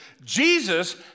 Jesus